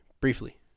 Briefly